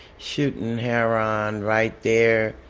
shooting heroin right there.